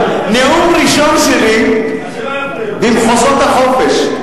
נאום ראשון שלי במחוזות החופש.